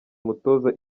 umutoza